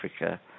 Africa